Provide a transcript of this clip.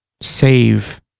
save